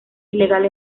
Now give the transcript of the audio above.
ilegal